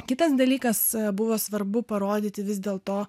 kitas dalykas buvo svarbu parodyti vis dėl to